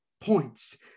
points